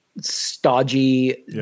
stodgy